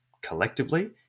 collectively